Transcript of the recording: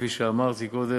כפי שאמרתי קודם,